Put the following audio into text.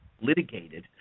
litigated